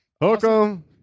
welcome